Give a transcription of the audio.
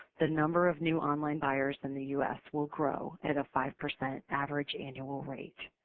the number of new online buyers in the u s. will grow at a five percent average annual rate.